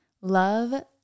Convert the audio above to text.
love